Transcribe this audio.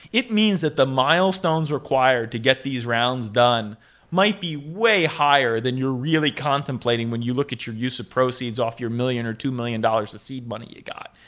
it means that the milestones required to get these rounds done might be way higher than you're really contemplating when you look at your use of proceeds off your million or two million dollars of seed money you got.